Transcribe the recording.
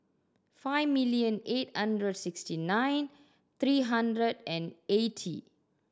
five million eight hundred sixty nine three hundred and eighty